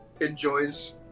enjoys